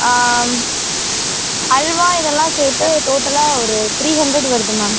அல்வா இதெல்லாம் சேர்த்து டோட்டலாக ஒரு த்ரீ ஹண்ட்ரட் வருது மேம்